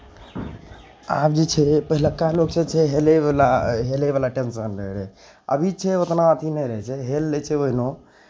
आब जे छै पहिलुका लोकसभ छै हेलयवला हेलयवला टेंसन नहि रहै अभी छै ओतना अथी नहि रहै छै जे हेल लै छै ओहिनो